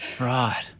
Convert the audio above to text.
Right